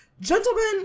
gentlemen